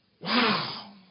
Wow